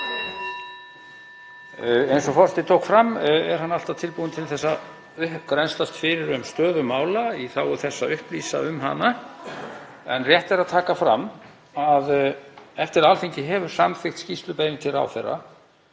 Eins og forseti tók fram er hann alltaf tilbúinn til að grennslast fyrir um stöðu mála í þágu þess að upplýsa um hana. En rétt er að taka fram að eftir að Alþingi hefur samþykkt skýrslubeiðni til ráðherra